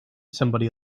somebody